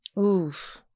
oof